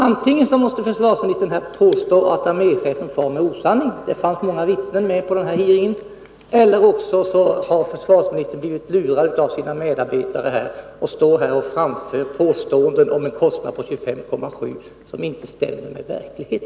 Antingen vill försvarsministern här påstå att arméchefen far med osanning — det fanns många vittnen på den hearing jag talar om — eller också har försvarsministern blivit lurad av sina medarbetare att framföra påståenden, om en kostnad på 25,7 miljarder, som inte stämmer.